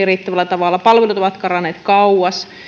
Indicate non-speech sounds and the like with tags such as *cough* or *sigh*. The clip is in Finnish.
*unintelligible* riittävällä tavalla palvelut ovat karanneet kauas